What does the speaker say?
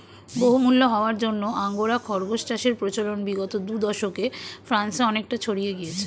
বহুমূল্য হওয়ার জন্য আঙ্গোরা খরগোশ চাষের প্রচলন বিগত দু দশকে ফ্রান্সে অনেকটা ছড়িয়ে গিয়েছে